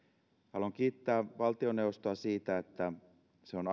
haluan kiittää valtioneuvostoa siitä että se on